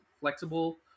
flexible